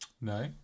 No